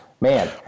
Man